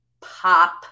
pop